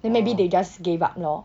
then maybe they just gave up lor